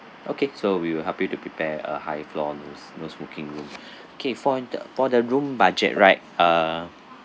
okay so we will help you to prepare a high floor no s~ no smoking room okay for the for the room budget right uh